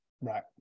Right